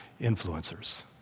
influencers